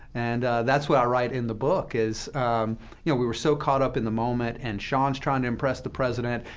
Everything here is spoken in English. and that's what i write in the book, is you know, we were so caught up in the moment, and sean's trying to impress the president,